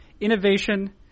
innovation